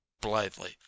blithely